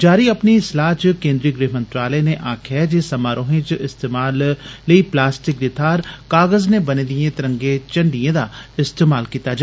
जारी अपनी सलाह् च केन्द्री गृह मंत्रालय नै आकखेआ जे समारोहें च इस्तेमाल लेई प्लास्टिक दी थाहर कागज दे बने दिए तरंगे झंडे दा इस्तेमाल कीता जा